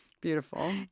Beautiful